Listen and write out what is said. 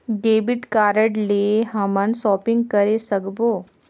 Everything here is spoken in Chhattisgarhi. डेबिट कारड ले हमन शॉपिंग करे सकबो?